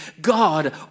God